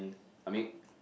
I mean